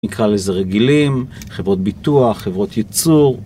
נקרא לזה רגילים, חברות ביטוח, חברות ייצור.